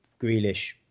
Grealish